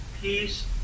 peace